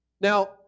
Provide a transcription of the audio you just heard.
Now